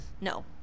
No